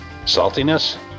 Saltiness